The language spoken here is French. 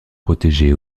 protégé